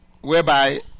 whereby